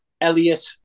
Elliot